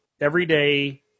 everyday